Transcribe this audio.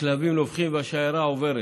הכלבים נובחים והשיירה עוברת.